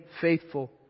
faithful